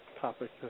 topic